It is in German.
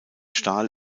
stahl